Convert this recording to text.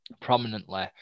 prominently